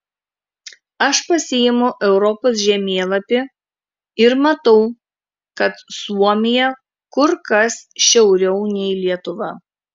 aš pasiimu europos žemėlapį ir matau kad suomija kur kas šiauriau nei lietuva